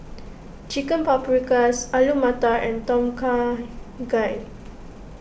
Chicken Paprikas Alu Matar and Tom Kha Gai